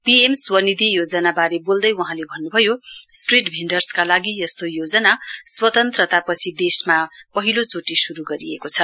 P am Svanidhi योजनावारे वोल्दै वहाँले भन्नभयो स्ट्रीट भेन्डर्सका लागि यस्तो योजना स्वतन्त्रतापछि देशमा पहिलो चोटि शुरु गरिएको छ